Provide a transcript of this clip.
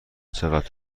چقدر